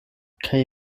kaj